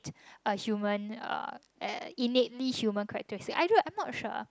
a human uh innately human characteristic I do I'm not sure